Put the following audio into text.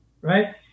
right